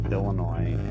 Illinois